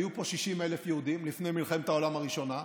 היו פה 60,000 יהודים, לפני מלחמת העולם הראשונה.